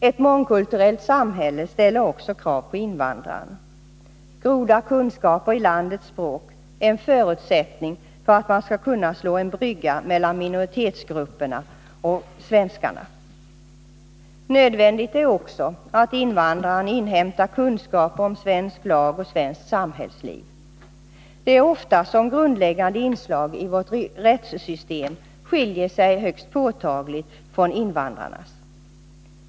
Ett mångkulturellt samhälle ställer också krav på invandraren. Goda kunskaper i landets språk är en förutsättning för att man skall kunna slå en brygga mellan minoritetsgrupperna och svenskarna. Nödvändigt är också att invandraren inhämtar kunskaper om svensk lag och svenskt samhällsliv. Det är ofta som grundläggande inslag i vårt rättssystem skiljer sig högst påtagligt från invandrarnas.